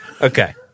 okay